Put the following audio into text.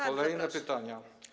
Kolejne pytania.